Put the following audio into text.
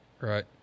Right